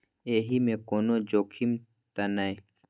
एहि मे कोनो जोखिम त नय?